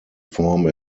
form